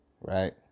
right